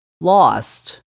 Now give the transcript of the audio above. lost